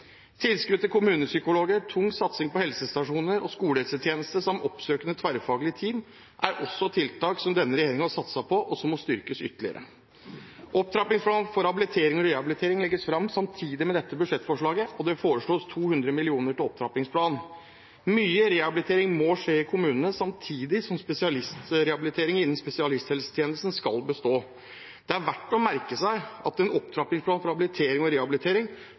Tilskuddet til kommunepsykologer, tung satsing på helsestasjoner og på skolehelsetjeneste som oppsøkende, tverrfaglige team er også tiltak som denne regjeringen har satset på, og som må styrkes ytterligere. Opptrappingsplan for habilitering og rehabilitering legges fram samtidig med dette budsjettforslaget, og det foreslås 200 mill. kr til opptrappingsplanen. Mye rehabilitering må skje i kommunene, samtidig som rehabilitering innen spesialisthelsetjenesten skal bestå. Det er verdt å merke seg at en opptrappingsplan for habilitering og rehabilitering